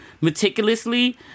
meticulously